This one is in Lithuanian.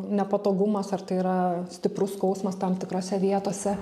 nepatogumas ar tai yra stiprus skausmas tam tikrose vietose